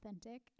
authentic